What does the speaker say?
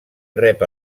rep